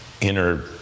inner